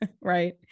Right